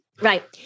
Right